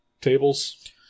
tables